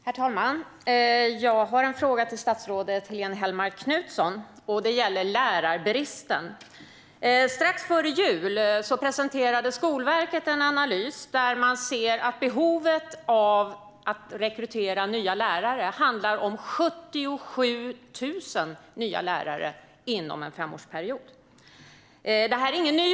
Herr talman! Jag har en fråga till statsrådet Helene Hellmark Knutsson, och den gäller lärarbristen. Strax före jul presenterade Skolverket en analys där man ser att det finns behov av att rekrytera 77 000 nya lärare inom en femårsperiod. Frågan är inte ny.